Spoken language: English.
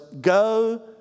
go